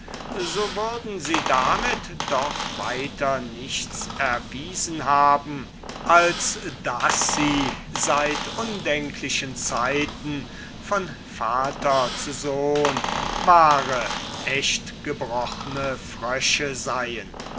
so würden sie damit doch weiter nichts erwiesen haben als daß sie seit undenklichen zeiten von vater zu sohn wahre echtgebrochne frösche seien